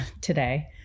today